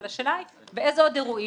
אבל השאלה היא באיזה עוד אירועים.